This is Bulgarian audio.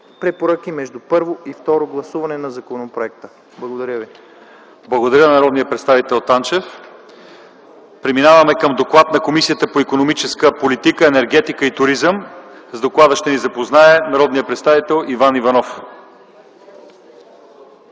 препоръки между първо и второ гласуване на законопроекта.” Благодаря ви. ПРЕДСЕДАТЕЛ ЛЪЧЕЗАР ИВАНОВ: Благодаря на народния представител Светлин Танчев. Преминаваме към доклад на Комисията по икономическата политика, енергетика и туризъм. С доклада ще Ви запознае народният представител Иван Иванов.